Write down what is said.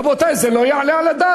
רבותי, זה לא יעלה על הדעת.